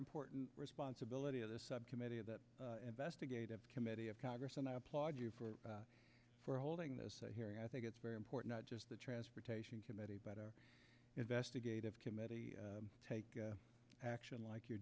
important responsibility of this subcommittee of that investigative committee of congress and i applaud you for for holding this hearing i think it's very important not just the transportation committee better investigative committee take action like you're